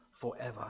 forever